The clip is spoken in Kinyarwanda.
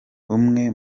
umwe